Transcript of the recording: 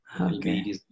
okay